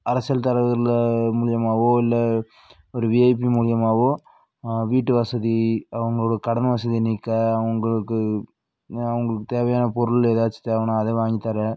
அரசியல் தலைவர்கள் மூலிமாவோ இல்லை ஒரு விஐபி மூலிமாவோ வீட்டு வசதி அவங்களோடய கடன் வசதி நீக்க அவங்களுக்கு அவங்களுக்கு தேவையான பொருள் ஏதாச்சும் தேவைன்னா அதை வாங்கி தர